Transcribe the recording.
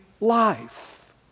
life